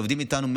שעובד איתנו,